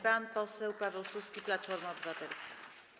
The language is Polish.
Pan poseł Paweł Suski, Platforma Obywatelska.